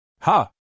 Ha